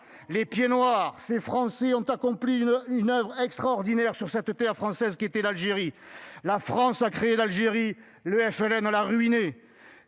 les pieds-noirs, ces Français, ont accompli une oeuvre extraordinaire sur cette terre française qu'était l'Algérie. La France a créé l'Algérie, le FLN l'a ruinée